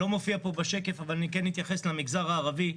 לא מופיע פה בשקף, אבל כן אתייחס למגזר הערבי.